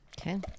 Okay